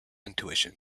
intuition